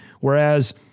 whereas